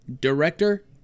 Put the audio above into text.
director